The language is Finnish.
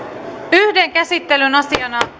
yhden käsittelyn asiana